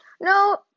No